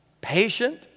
patient